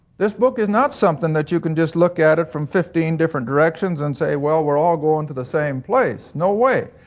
this book is not something that you can just look at it from fifteen different directions, and say, well were all going to the same place. no way!